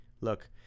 Look